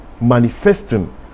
manifesting